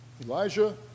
Elijah